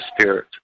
spirit